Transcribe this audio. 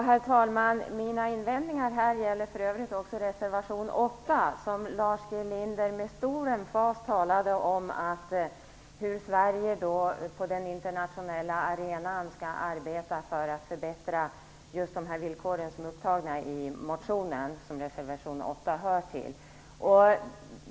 Herr talman! Mina invändningar gäller för övrigt också reservation 8. Lars G Linder talade med stor emfas om att Sverige på den internationella arenan skall arbeta för att förbättra de villkor som finns upptagna i den motion som reservation 8 grundar sig på.